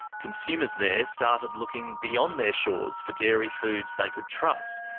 consumers there started looking beyond their shores for dairy foods they could trust,